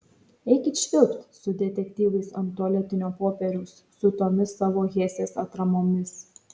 eikit švilpt su detektyvais ant tualetinio popieriaus su tomis savo hesės atramomis